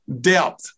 depth